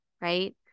right